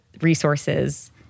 resources